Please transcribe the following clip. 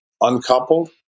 uncoupled